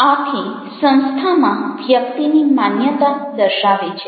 આથી આ સંસ્થામાં વ્યક્તિની માન્યતા દર્શાવે છે